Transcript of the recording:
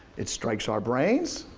it strikes our brains.